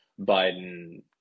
Biden